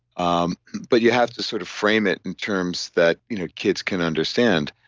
um but you have to sort of frame it in terms that you know kids can understand.